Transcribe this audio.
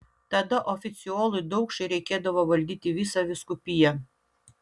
tada oficiolui daukšai reikėdavo valdyti visą vyskupiją